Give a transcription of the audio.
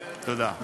תודה.